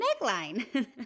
neckline